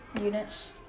Units